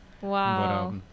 Wow